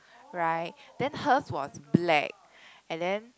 right then hers was black and then